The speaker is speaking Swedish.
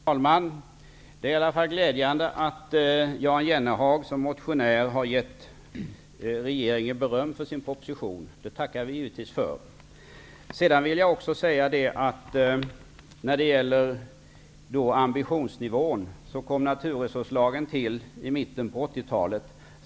Herr talman! Det är i alla fall glädjande att Jan Jennehag som motionär har gett regeringen beröm för propositionen. Det tackar vi givetvis för. Jag vill också när det gäller ambitionsnivån säga att naturresurslagen kom till i mitten av 80-talet.